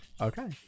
Okay